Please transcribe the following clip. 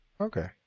Okay